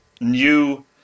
new